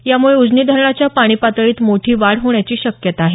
यामुळे उजनी धरणाच्या पाणी पातळीत मोठी वाढ होण्याची शक्यता आहे